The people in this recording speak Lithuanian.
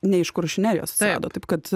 ne iš kuršių nerijos atsirado taip kad